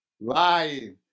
Lying